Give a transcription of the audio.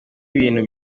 ibintu